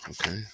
okay